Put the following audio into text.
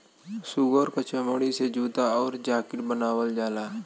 सूअर क चमड़ी से जूता आउर जाकिट बनावल जाला